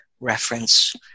reference